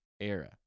era